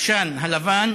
העשן הלבן